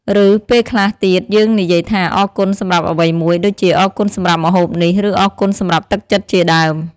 ឬ ពេលខ្លះទៀតយើងនិយាយថា អរគុណសម្រាប់អ្វីមួយ ដូចជាអរគុណសម្រាប់ម្ហូបនេះ ឬ អរគុណសម្រាប់ទឹកចិត្តជាដើម។